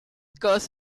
caused